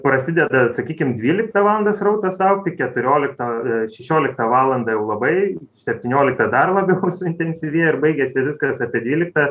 prasideda sakykim dvyliktą valandą srautas augti keturioliktą šešioliktą valandą jau labai septynioliktą dar labiau suintensyvėja ir baigiasi viskas apie dvyliktą